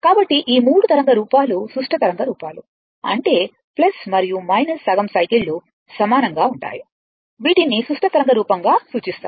కాబట్టి ఈ మూడు తరంగ రూపాలు సుష్ట తరంగ రూపాలు అంటే మరియు సగం సైకిళ్లు సమానంగా ఉంటాయి వీటిని సుష్ట తరంగ రూపంగా సూచిస్తారు